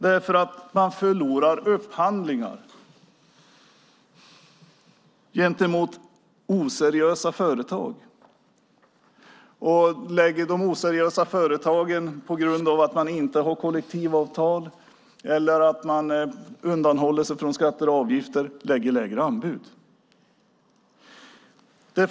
Nu förlorar man upphandlingar gentemot oseriösa företag som på grund av att de inte har kollektivavtal eller undanhåller skatter och avgifter kan lägga lägre anbud.